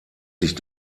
sich